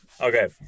Okay